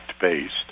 based